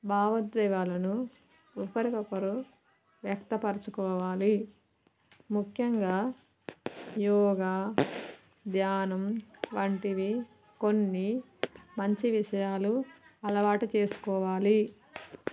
భావోద్వేగాలను ఒకరికొకరు వ్యక్తపరచుకోవాలి ముఖ్యంగా యోగా ధ్యానం వంటివి కొన్ని మంచి విషయాలు అలవాటు చేసుకోవాలి